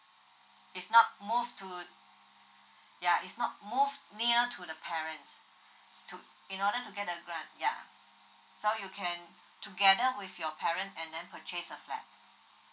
it's not move to ya it's not move near to the parents to in order to get the grant ya so you can together with your parent and then purchase the flat